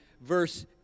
verse